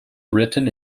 written